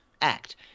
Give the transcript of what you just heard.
Act